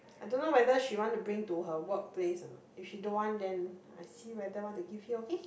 I don't know whether she want to bring to her work place or not if she don't want then I see whether want to give you okay